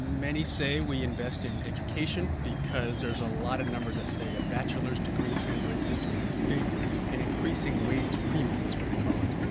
many say we invest in education because there's a lot of numbers that say a bachelor's degree translates into a big and increasing wage premiums, is what they call it.